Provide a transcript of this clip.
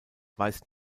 weist